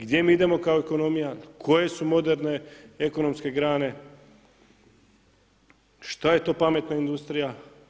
Gdje mi idemo kao ekonomija, koje su moderne ekonomske grane, šta je to pametna industrija.